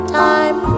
time